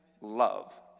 love